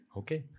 okay